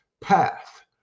path